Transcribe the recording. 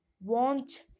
want